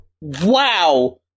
Wow